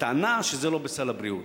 בטענה שזה לא בסל הבריאות.